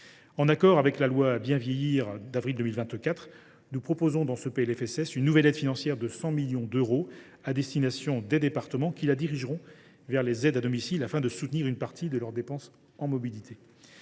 En accord avec la loi Bien Vieillir d’avril 2024, nous proposons, dans ce PLFSS, une nouvelle aide financière de 100 millions d’euros à destination des départements, qui la dirigeront vers les aides à domicile, afin de soutenir une partie de leurs dépenses en mobilité.